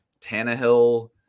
Tannehill